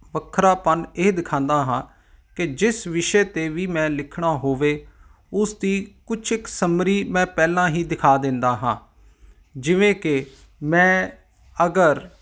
ਵੱਖਰਾਪਣ ਇਹ ਦਿਖਾਉਂਦਾ ਹਾਂ ਕਿ ਜਿਸ ਵਿਸ਼ੇ 'ਤੇ ਵੀ ਮੈਂ ਲਿਖਣਾ ਹੋਵੇ ਉਸ ਦੀ ਕੁਝ ਇੱਕ ਸੰਮਰੀ ਮੈਂ ਪਹਿਲਾਂ ਹੀ ਦਿਖਾ ਦਿੰਦਾ ਹਾਂ ਜਿਵੇਂ ਕਿ ਮੈਂ ਅਗਰ